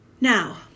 Now